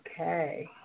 Okay